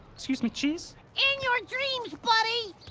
excuse me, cheese. in your dreams, buddy!